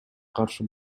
каршы